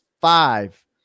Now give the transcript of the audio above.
five